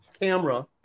camera